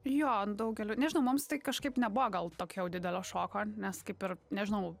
jo daugeliui nežinau mums tai kažkaip nebuvo gal tokio didelio šoko nes kaip ir nežinau